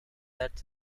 that